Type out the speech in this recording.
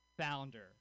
founder